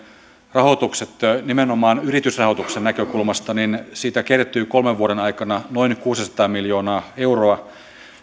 rahoitukset nimenomaan yritysrahoituksen näkökulmasta niin siitä kertyy kolmen vuoden aikana noin kuusisataa miljoonaa euroa